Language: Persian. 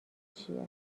چیه